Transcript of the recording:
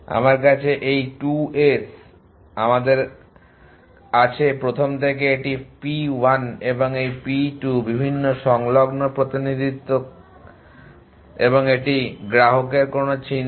আমার কাছে এই 2S আমাদের আছে প্রথম থেকে এটি p1 এবং এই p2 বিভিন্ন সংলগ্ন প্রতিনিধিত্ব কাজ এবং একটি গ্রাহকের কোনো চিন্তা